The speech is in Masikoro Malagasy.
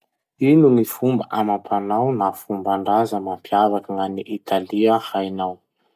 Ino gny fomba amam-panao na fomban-draza mampiavaky gn'any Italia hainao?